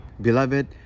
Beloved